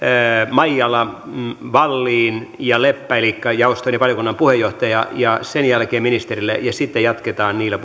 maijala wallin ja leppä elikkä jaoston ja valiokunnan puheenjohtaja ja sen jälkeen ministerille ja sitten jatketaan niillä